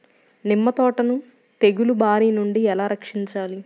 నిమ్మ తోటను తెగులు బారి నుండి ఎలా రక్షించాలి?